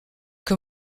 que